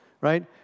right